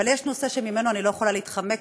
אבל יש נושא שממנו אני לא יכולה להתחמק,